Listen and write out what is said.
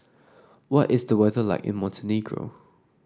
what is the weather like in Montenegro